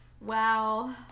Wow